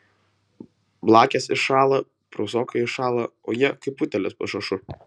blakės iššąla prūsokai iššąla o jie kaip utėlės po šašu